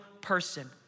person